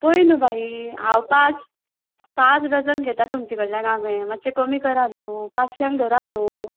पळय न्हय भाई हांव पांच पांच डझन घेता तुमचे कडल्यान हांवें मात्शे कमी करा न्हय पाश्शांक धरा न्हय